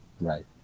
Right